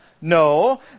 No